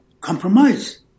compromise